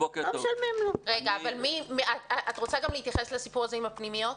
את רוצה להתייחס גם לסיפור הזה עם הפנימיות?